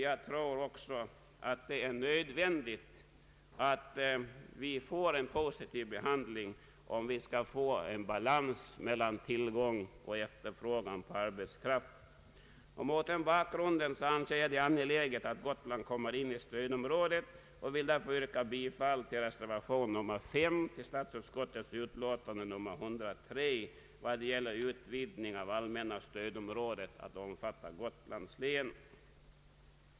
Jag tror också att det är nödvändigt att vi får en positiv behandling om vi skall få balans mellan tillgång och efterfrågan på arbetskraft. Mot den bakgrunden anser jag det angeläget att Gotland kommer in i stödområdet. Jag kommer därför att yrka bifall till reservation 5 vid statsutskottets utlåtande nr 103 vad det gäller utvidgning av det allmänna stödområdet till att omfatta Gotland.